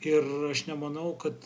ir aš nemanau kad